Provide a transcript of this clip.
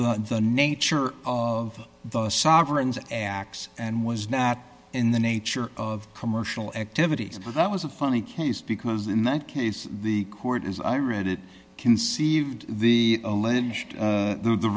the nature of the sovereigns acts and was not in the nature of commercial activities but that was a funny case because in that case the court as i read it conceived the alleged